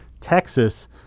Texas